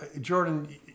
Jordan